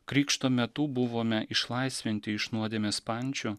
krikšto metu buvome išlaisvinti iš nuodėmės pančių